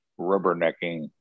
rubbernecking